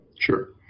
Sure